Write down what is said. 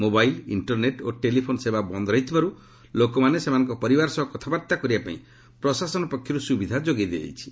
mobile internet ଓ telephone ସେବା ବନ୍ଦ ରହିଥିବାରୁ ଲୋକମାନେ ସେମାନଙ୍କ ପରିବାର ସହ କଥାବାର୍ତ୍ତା କରିବା ପାଇଁ ପ୍ରଶାସନ ପକ୍ଷରୁ ସୁବିଧା ଯୋଗାଇ ଦିଆଯାଇଛି